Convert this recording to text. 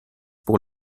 pour